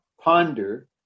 ponder